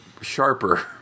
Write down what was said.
sharper